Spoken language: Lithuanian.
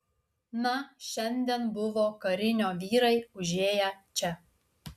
na šiandien buvo karinio vyrai užėję čia